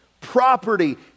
property